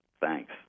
Thanks